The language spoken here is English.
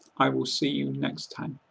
i will see you next time.